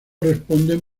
responden